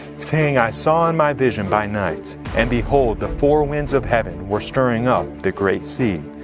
saying, i saw in my vision by night, and behold, the four winds of heaven were stirring up the great sea.